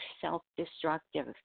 self-destructive